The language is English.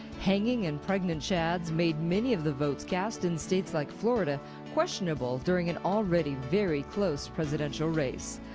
hanging and pregnant chads made many of the votes cast in states like florida questionable during an already very close presidential race.